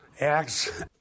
Acts